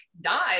die